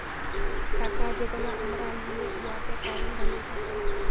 টাকা যেগলা আমরা লিই উয়াতে টাইম ভ্যালু থ্যাকে